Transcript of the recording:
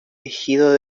ejido